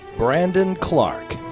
brandon clarke.